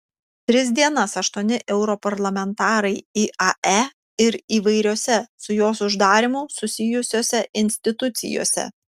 tris dienas aštuoni europarlamentarai iae ir įvairiose su jos uždarymu susijusiose institucijose